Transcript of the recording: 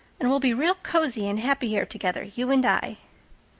and we'll be real cozy and happy here together, you and i.